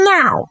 Now